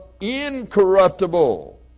incorruptible